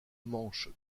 manche